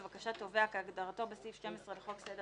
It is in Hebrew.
לבקשת תובע כהגדרתו בסעיף 12 לחוק סדר